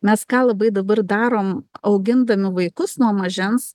mes ką labai dabar darom augindami vaikus nuo mažens